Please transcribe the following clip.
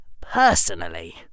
personally